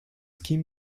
kim